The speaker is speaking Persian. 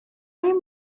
این